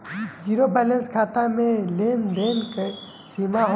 Zero balance खाता में लेन देन के कवनो सीमा होखे ला का?